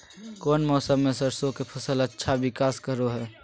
कौन मौसम मैं सरसों के फसल अच्छा विकास करो हय?